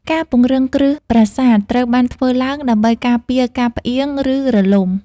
ការពង្រឹងគ្រឹះប្រាសាទត្រូវបានធ្វើឡើងដើម្បីការពារការផ្អៀង ឬរលំ។